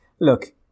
Look